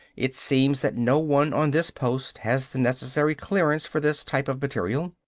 it seems that no one on this post has the necessary clearance for this type of material.